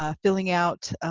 um filling out,